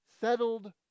settled